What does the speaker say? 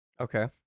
okay